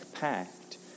pact